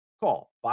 Call